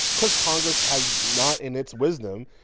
because congress has not, in its wisdom,